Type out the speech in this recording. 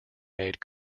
made